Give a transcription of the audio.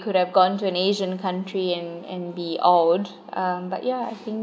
could have gone to an asian country and and be awed um but yeah I think